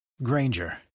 Granger